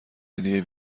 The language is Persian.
هدیه